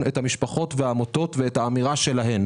את המשפחות והעמותות ואת האמירה שלהן.